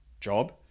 job